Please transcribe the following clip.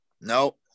No